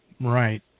Right